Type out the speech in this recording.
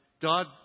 God